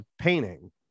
painting